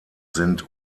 sind